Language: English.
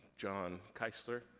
john kaisler,